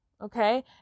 Okay